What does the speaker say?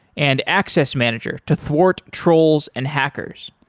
and access manager to thwart trolls and hackers.